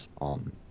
on